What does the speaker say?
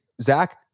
Zach